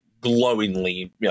glowingly